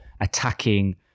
attacking